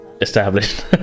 established